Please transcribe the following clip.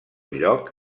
lloc